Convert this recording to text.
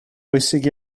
bwysig